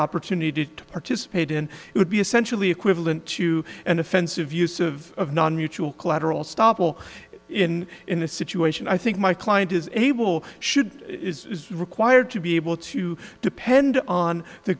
opportunity to participate in it would be essentially equivalent to an offensive use of mutual collateral stoppel in in this situation i think my client is able should be required to be able to depend on the